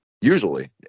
Usually